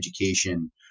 education